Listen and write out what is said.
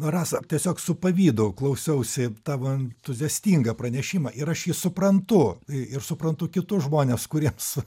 rasa tiesiog su pavydu klausausi tavo entuziastingą pranešimą ir aš suprantu ir suprantu kitus žmones kuriems